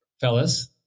Fellas